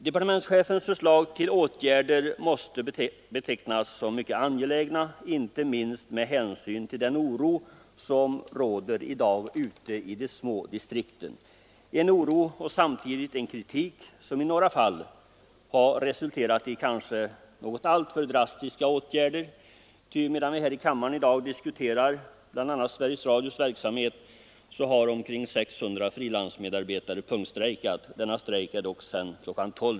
Departementschefens förslag till åtgärder måste betecknas som mycket angelägna, särskilt med hänsyn till den oro som i dag råder ute i de små distrikten. Det är en oro och samtidigt en kritik som i några fall har resulterat i kanske alltför drastiska åtgärder. Medan vi här i kammaren i dag diskuterar bl.a. Sveriges Radios verksamhet har omkring 600 frilansmedarbetare punktstrejkat. Denna strejk är dock avblåst sedan kl.